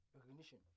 recognition